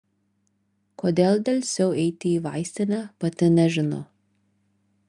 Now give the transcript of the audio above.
kodėl delsiau eiti į vaistinę pati nežinau